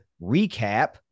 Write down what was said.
recap